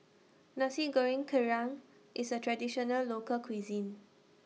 Nasi Goreng Kerang IS A Traditional Local Cuisine